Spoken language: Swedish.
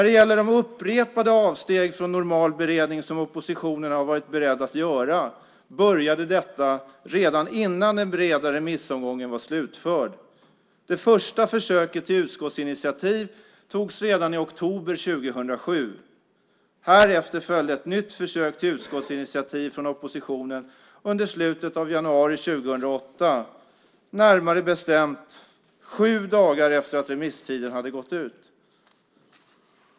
De upprepade avsteg från normal beredning som oppositionen har varit beredd att göra började redan innan den bredare remissomgången var slutförd. Det första försöket till utskottsinitiativ togs redan i oktober 2007. Härefter följde ett nytt försök till utskottsinitiativ från oppositionen under slutet av januari 2008, närmare bestämt sju dagar efter att remisstiden hade gått ut.